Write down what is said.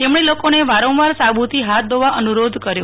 તેમણે લોકોને વારંવાર સાબથી હાથ ધોવા અનુરોધ કયો